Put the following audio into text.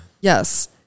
Yes